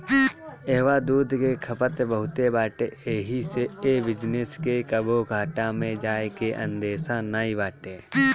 इहवा दूध के खपत बहुते बाटे एही से ए बिजनेस के कबो घाटा में जाए के अंदेशा नाई बाटे